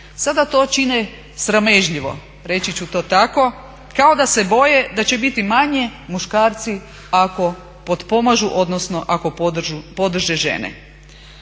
Sada to čine sramežljivo, reći ću to tako, kao da se boje da će biti manje muškarci ako potpomažu odnosno ako podrže žene.